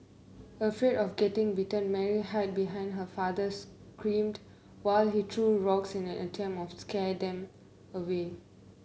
afraid of getting bitten Mary hid behind her father screamed while he threw rocks in an attempt of scare them away